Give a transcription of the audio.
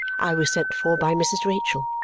i was sent for by mrs. rachael,